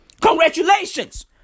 Congratulations